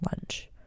lunch